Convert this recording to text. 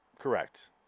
Correct